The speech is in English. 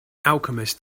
alchemist